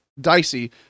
dicey